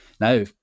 Now